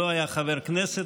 שלא היה חבר כנסת,